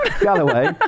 Galloway